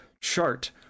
chart